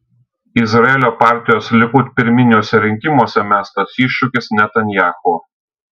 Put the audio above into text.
izraelio partijos likud pirminiuose rinkimuose mestas iššūkis netanyahu